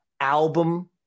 album